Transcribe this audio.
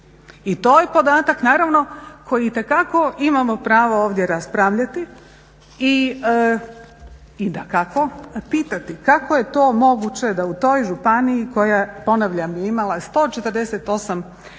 I to je podatak naravno koji itekako imamo pravo ovdje raspravljati i dakako pitati kako je to moguće da u toj županiji koja ponavljam je imala 148 osoba